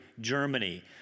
Germany